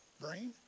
Brain